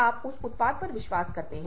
आप मिसकम्यूनिकेशन से बच सकते हैं